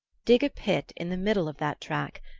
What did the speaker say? dig a pit in the middle of that track,